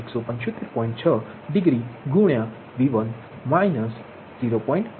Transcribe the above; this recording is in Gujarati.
6 ડિગ્રી ગુણ્યા V1 ઓછા 0